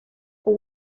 for